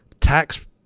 tax